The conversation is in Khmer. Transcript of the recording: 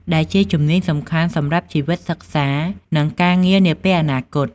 ដែលជាជំនាញសំខាន់សម្រាប់ជីវិតសិក្សា និងការងារនាពេលអនាគត។